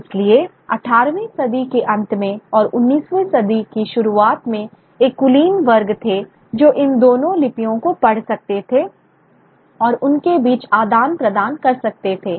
इसलिए 18 वीं सदी के अंत में और 19 वीं सदी की शुरुआत में एक कुलीन वर्ग थे जो इन दोनों लिपियों को पढ़ सकते थे और उनके बीच आदान प्रदान कर सकते थे